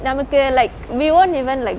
நமக்கு:namaku like we won't even like